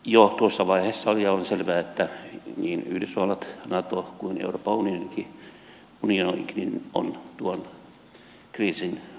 jo tuossa vaiheessa oli ja on selvää että niin yhdysvallat nato kuin euroopan unionikin ovat tuon kriisin osapuolia